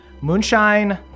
Moonshine